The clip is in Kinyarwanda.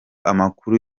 amakuru